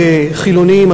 חילונים,